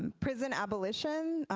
and prison abolition,